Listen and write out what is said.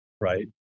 right